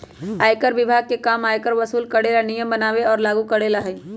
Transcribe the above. आयकर विभाग के काम आयकर वसूल करे ला नियम बनावे और लागू करेला हई